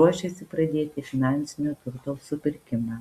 ruošiasi pradėti finansinio turto supirkimą